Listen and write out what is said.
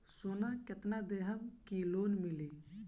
सोना कितना देहम की लोन मिली?